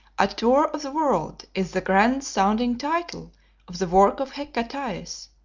a tour of the world is the grand-sounding title of the work of hecataeus,